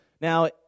Now